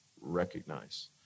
recognize